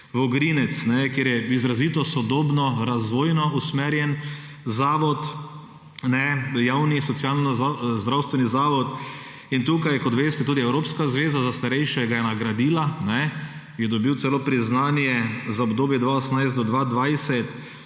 Vogrinec, ki je izrazito sodobno, razvojno usmerjen zavod, javni socialnozdravstveni zavod. In tukaj, kot veste, ga je tudi Evropska zveza za starejše nagradila, je dobil celo priznanje za obdobje 2018–2020